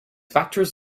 factors